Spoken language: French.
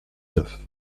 neuf